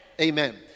Amen